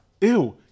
Ew